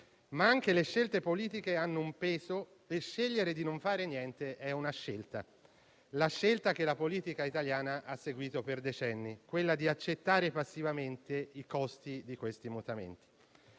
ma anche le scelte politiche hanno un peso e scegliere di non fare niente è una scelta. La scelta che la politica italiana ha seguito per decenni: accettare passivamente i costi di questi mutamenti.